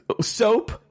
Soap